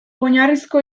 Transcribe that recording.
oinarrizko